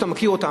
שאתה מכיר אותם,